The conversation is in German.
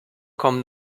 kommen